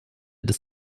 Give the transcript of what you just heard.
des